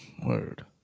Word